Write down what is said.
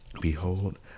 Behold